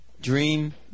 Dream